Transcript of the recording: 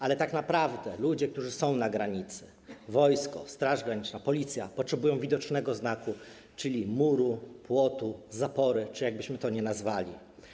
Ale tak naprawdę ludzie, którzy są na granicy, wojsko, Straż Graniczna, Policja potrzebują widocznego znaku, czyli muru, płotu, zapory czy jakkolwiek byśmy to nazwali.